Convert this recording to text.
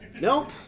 Nope